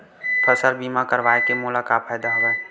फसल बीमा करवाय के मोला का फ़ायदा हवय?